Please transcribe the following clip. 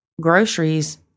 groceries